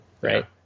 Right